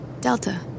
Delta